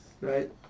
right